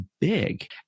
big